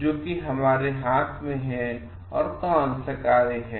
जैसे कि हमारे हाथ में कौन सा कार्य है